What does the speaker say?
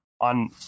on